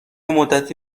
مدتی